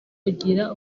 kugira